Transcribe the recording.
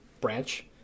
branch